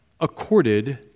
accorded